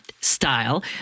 style